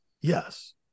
Yes